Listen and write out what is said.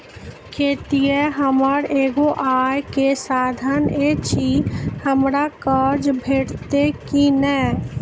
खेतीये हमर एगो आय के साधन ऐछि, हमरा कर्ज भेटतै कि नै?